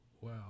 wow